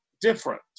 different